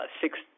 six